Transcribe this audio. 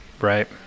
Right